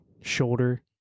shoulder